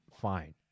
fine